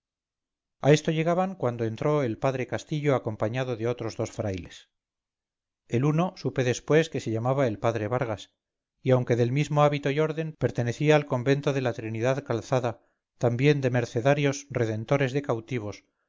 a esto llegaban cuando entró el padre castillo acompañado de otros dos frailes el uno supe después que se llamaba el padre vargas y aunque del mismo hábito y orden pertenecía al convento de la trinidad calzada también de mercenarios redentores de cautivos